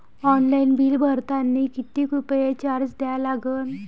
Online bill भरतानी कितीक रुपये चार्ज द्या लागन?